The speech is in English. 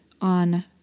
on